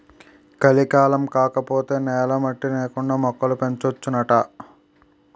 కలికాలం కాకపోతే నేల మట్టి నేకండా మొక్కలు పెంచొచ్చునాట